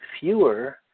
fewer